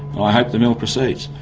i hope the mill proceeds,